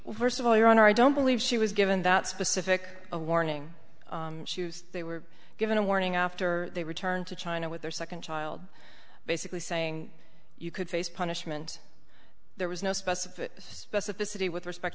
are first of all your honor i don't believe she was given that specific a warning they were given a warning after they returned to china with their second child basically saying you could face punishment there was no specified specificity with respect